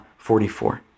44